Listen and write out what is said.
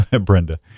Brenda